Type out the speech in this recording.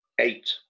eight